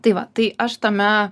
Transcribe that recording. tai va tai aš tame